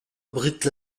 abrite